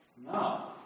No